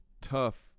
tough